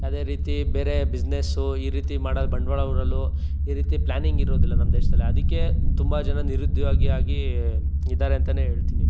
ಯಾವುದೇ ರೀತಿ ಬೇರೆ ಬಿಸ್ನೆಸ್ಸು ಈ ರೀತಿ ಮಾಡೋ ಬಂಡವಾಳ ಹೂಡಲು ಈ ರೀತಿ ಪ್ಲ್ಯಾನಿಂಗಿರೋದಿಲ್ಲ ನಮ್ಮ ದೇಶದಲ್ಲಿ ಅದಕ್ಕೆ ತುಂಬ ಜನ ನಿರುದ್ಯೋಗಿಯಾಗಿ ಇದಾರೆ ಅಂತ ಹೇಳ್ತಿನಿ